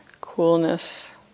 coolness